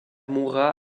mourra